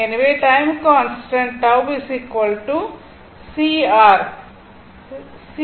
எனவே time constant C R C RThevenin